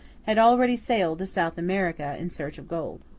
had already sailed to south america in search of gold.